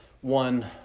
one